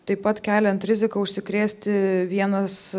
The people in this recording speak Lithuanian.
taip pat keliant riziką užsikrėsti vienas